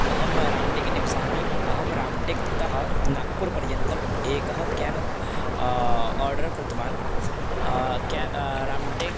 अहं रामटेक निवसामि अहं रामटेकतः नागपुरं पर्यन्तम् एकः केब् आर्डर् कृतवान् के रामटेक